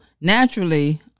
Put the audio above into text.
naturally